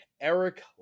Eric